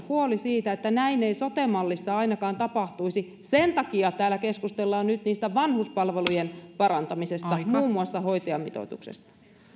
huoli siitä että näin ei sote mallissa ainakaan tapahtuisi sen takia täällä keskustellaan nyt vanhuspalvelujen parantamisesta ja muun muassa hoitajamitoituksesta